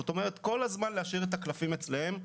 זאת אומרת, כל הזמן להשאיר את הקלפים אצלם.